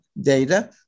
data